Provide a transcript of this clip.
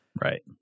Right